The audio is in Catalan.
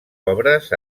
obres